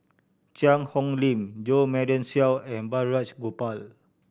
Cheang Hong Lim Jo Marion Seow and Balraj Gopal